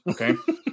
Okay